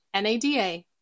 NADA